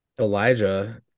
Elijah